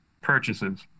purchases